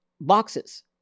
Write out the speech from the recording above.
boxes